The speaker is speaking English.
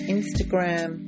Instagram